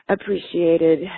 appreciated